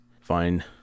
fine